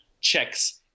checks